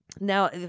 now